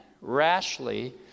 rashly